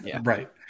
right